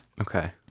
Okay